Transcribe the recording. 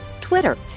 Twitter